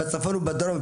בצפון ובדרום,